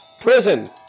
Prison